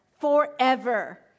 forever